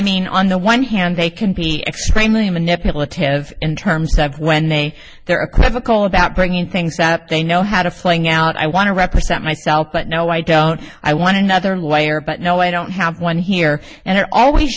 mean on the one hand they can be extremely manipulative in terms of when they they're equivocal about bringing things up they know how to fling out i want to represent myself but no i don't i want another layer but no i don't have one here and there always